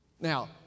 Now